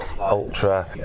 ultra